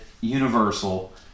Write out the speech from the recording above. Universal